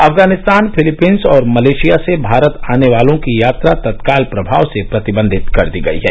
Afghanistan Philippines और Malaysia से भारत आने वालों की यात्रा तत्काल प्रभाव से प्रतिबंधित कर दी गई है